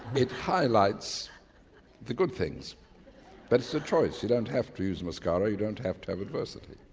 it highlights the good things but it's a choice, you don't have to use mascara, you don't have to have adversity.